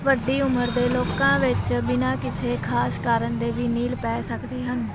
ਵੱਡੀ ਉਮਰ ਦੇ ਲੋਕਾਂ ਵਿੱਚ ਬਿਨਾਂ ਕਿਸੇ ਖ਼ਾਸ ਕਾਰਨ ਦੇ ਵੀ ਨੀਲ ਪੈ ਸਕਦੇ ਹਨ